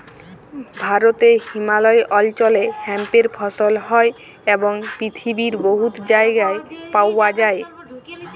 ভারতে হিমালয় অল্চলে হেম্পের ফসল হ্যয় এবং পিথিবীর বহুত জায়গায় পাউয়া যায়